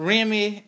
Remy